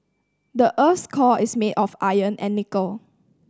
the earth's core is made of iron and nickel